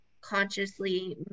consciously